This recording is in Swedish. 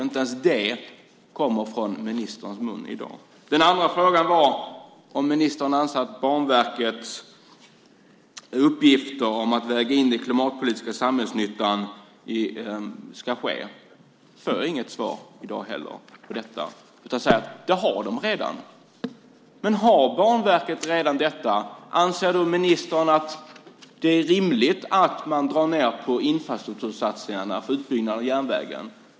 Inte ens det kommer från ministerns mun i dag. Den andra frågan gällde om ministern anser att Banverket ska få i uppgift att väga in den klimatpolitiska samhällsnyttan i sitt arbete. Jag får inget svar i dag på detta heller, utan ministern säger att de redan har det. Men om Banverket redan har detta undrar jag om ministern då anser att det är rimligt att dra ned på infrastruktursatsningarna vad gäller en utbyggnad av järnvägen.